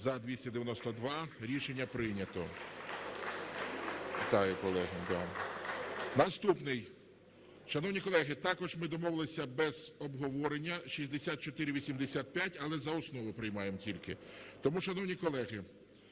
За-292 Рішення прийнято. Вітаю, колеги. Наступний. Шановні колеги, також ми домовилися без обговорення 6485, але за основу приймаємо тільки. Тому, шановні колеги,